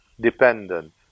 dependent